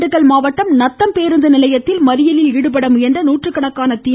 திண்டுக்கல் மாவட்டம் நத்தம் பேருந்து நிலையத்தில் மறியலில் ஈடுபட முயன்ற நூற்றுக்காண தி